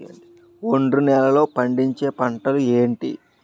ఒండ్రు నేలలో పండించే పంటలు ఏంటి?